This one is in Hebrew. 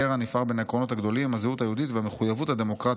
הקרע הנפער בין העקרונות הגדולים: הזהות היהודית והמחויבות הדמוקרטית.